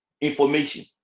information